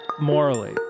morally